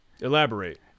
Elaborate